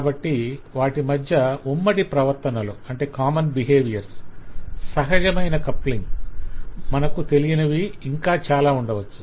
కాబట్టి వాటి మధ్య ఉమ్మడి ప్రవర్తనలు సహజమైన కప్లింగ్ లు మనకు తెలియనివి ఇంకా చాలా ఉండవచ్చు